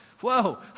Whoa